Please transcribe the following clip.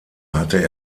hatte